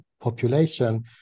population